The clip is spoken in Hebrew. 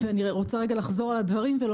אני יכול להציע לכם הצעות אמיתיות.